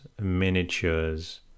miniatures